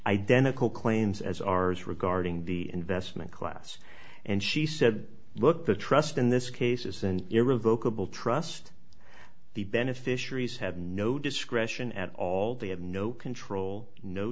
identical claims as ours regarding the investment class and she said look the trust in this case is an era vocal trust the beneficiaries have no discretion at all they have no control no